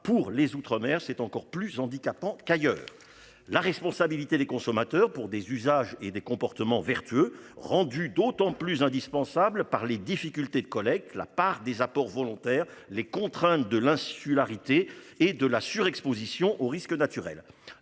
pour les Outre-mer, c'est encore plus handicapant qu'ailleurs. La responsabilité des consommateurs pour des usages et des comportements vertueux rendue d'autant plus indispensable par les difficultés de collecte là par des apports volontaires, les contraintes de l'insularité et de la surexposition aux risques naturels.